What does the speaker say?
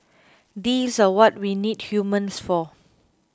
these are what we need humans for